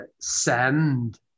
send